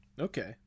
Okay